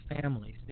families